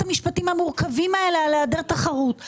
המשפטים המורכבים האלה על העדר תחרות.